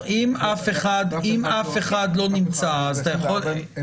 אף אחד לא נמצא אז אתה יכול --- הם